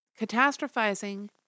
catastrophizing